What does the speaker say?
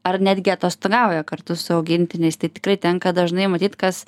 ar netgi atostogauja kartu su augintiniais tai tikrai tenka dažnai matyt kas